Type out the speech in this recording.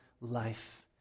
life